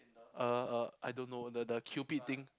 uh uh I don't know the the cupid thing